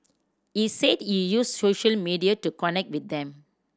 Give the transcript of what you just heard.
he said he use social media to connect with them